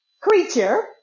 creature